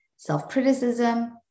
self-criticism